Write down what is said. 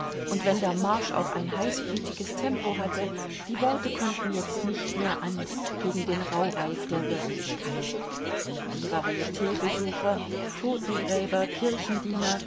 und wenn der marsch auch ein heißblütiges tempo hatte die worte konnten jetzt nicht mehr an gegen den rauhreif der wirklichkeit die varietbesucher totengräber kirchendiener